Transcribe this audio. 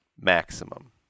Maximum